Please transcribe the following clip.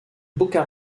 boca